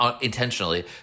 intentionally